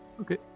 okay